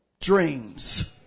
dreams